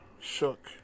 shook